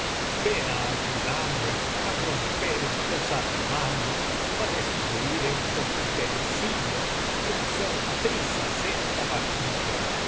ven á ayudarme á romper estos armarios á destruir estos utensilios y hacer trizas esta vajilla